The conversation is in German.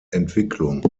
entwicklung